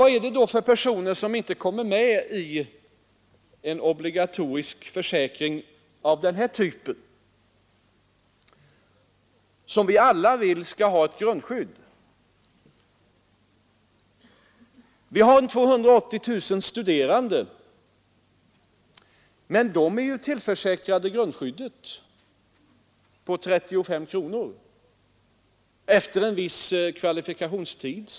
Vad är det då för personer som inte kommer med i en obligatorisk försäkring av denna typ och som vi alla vill skall ha ett grundskydd? Vi har 280 000 studerande, men de är tillförsäkrade grundskyddet på 35 kronor efter en viss kvalifikationstid.